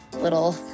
little